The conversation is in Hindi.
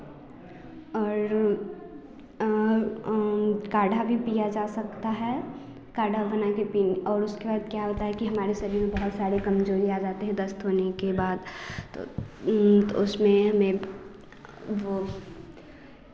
और काढ़ा भी पिया जा सकता है काढ़ा बना के पीने और उसके बाद क्या होता है कि हमारे शरीर बहुत सारे कमज़ोरी आ जाते है दस्त होने के बाद तो तो उसमें हमें वह